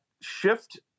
shift